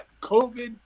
COVID